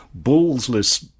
ballsless